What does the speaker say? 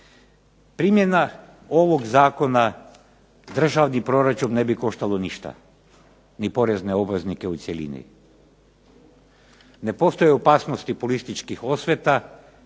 Primjena ovog zakona državni proračun ne bi koštalo ništa, ni porezne obveznike u cjelini. Ne postoje opasnosti političkih osveta,